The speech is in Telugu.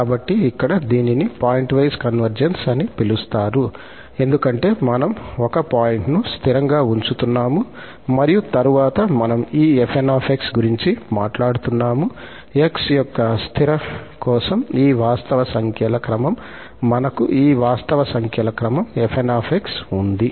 కాబట్టి ఇక్కడ దీనిని పాయింట్వైస్ కన్వర్జెన్స్ అని పిలుస్తారు ఎందుకంటే మనం ఒక పాయింట్ను స్థిరంగా ఉంచుతున్నాము మరియు తరువాత మనం ఈ 𝑓𝑛𝑥 గురించి మాట్లాడుతున్నాము 𝑥 యొక్క స్థిర కోసం ఈ వాస్తవ సంఖ్యల క్రమం మనకు ఈ వాస్తవ సంఖ్యల క్రమం 𝑓𝑛𝑥 ఉంది